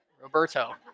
Roberto